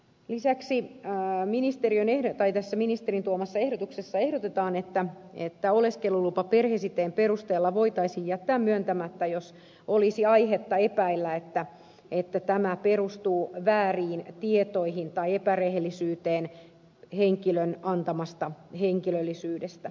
lisäksi ministerin tuomassa ehdotuksessa ehdotetaan että oleskelulupa perhesiteen perusteella voitaisiin jättää myöntämättä jos olisi aihetta epäillä että tämä perustuu vääriin tietoihin tai epärehellisyyteen henkilön antamasta henkilöllisyydestä